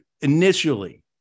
initially